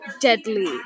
deadly